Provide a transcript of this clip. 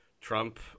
Trump